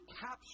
capture